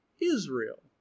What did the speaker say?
Israel